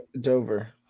Dover